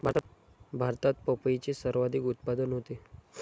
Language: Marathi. भारतात पपईचे सर्वाधिक उत्पादन होते